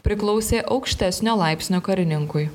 priklausė aukštesnio laipsnio karininkui